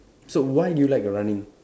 so why do you like running